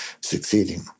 succeeding